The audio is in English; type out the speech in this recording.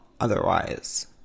otherwise